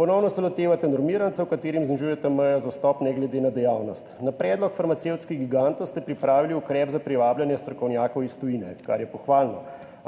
Ponovno se lotevate normirancev, katerim znižujete mejo za vstop ne glede na dejavnost. Na predlog farmacevtskih gigantov ste pripravili ukrep za privabljanje strokovnjakov iz tujine, kar je pohvalno,